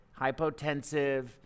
hypotensive